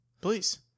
Please